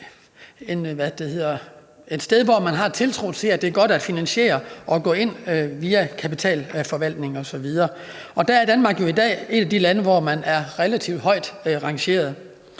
et sted, hvor man har tiltro til, at det er godt at finansiere og gå ind via kapitalforvaltning osv. Der er Danmark jo i dag et af de lande, hvor man er relativt højt rangeret.